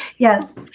yes,